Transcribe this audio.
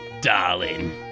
darling